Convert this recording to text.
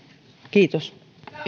kiitos